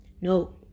No